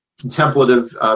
contemplative